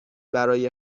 برای